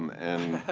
and